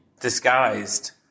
disguised